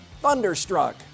Thunderstruck